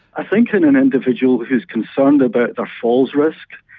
i think in an individual who's concerned about their falls risk,